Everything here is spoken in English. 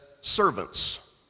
servants